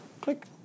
click